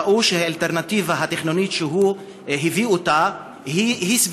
ראו שהאלטרנטיבה התכנונית שהוא הביא היא סבירה.